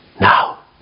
Now